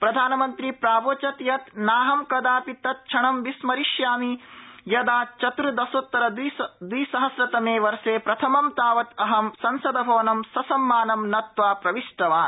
प्रधानमंत्री प्रावोचत् यत् नाहं कदापि तत्क्षणं विस्मरिष्यामि यदा चतुर्दशोत्तरद्विसहस्रतमे वर्षे प्रथमं तावत् अहं संसद्धवनं ससम्मानं नत्वा प्रविष्टवान्